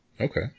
okay